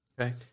okay